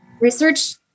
Research